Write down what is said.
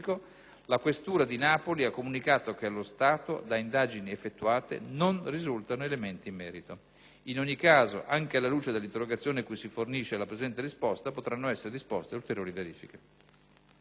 la questura di Napoli ha comunicato che allo stato, da indagini effettuate, non risultano elementi in merito. In ogni caso, anche alla luce dell'interrogazione cui si fornisce la presente risposta, potranno essere disposte ulteriori verifiche.